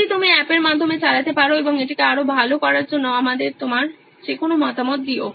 যদি তুমি অ্যাপের মাধ্যমে চালাতে পারো এবং এটিকে আরও ভালো করার জন্য আমাদের তোমার যেকোনো মতামত দিও